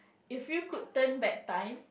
if you could turn back time